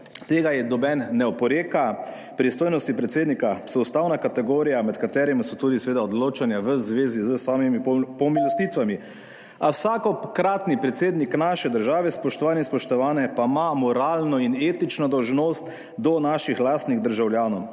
Tega ji noben ne oporeka. Pristojnosti predsednika so ustavna kategorija med katerimi so tudi seveda odločanja v zvezi s samimi pomilostitvami, a vsakokratni predsednik naše države, spoštovani in spoštovane, pa ima moralno in etično dolžnost do naših lastnih državljanov,